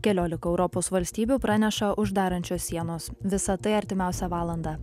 keliolika europos valstybių praneša uždarančios sienos visa tai artimiausią valandą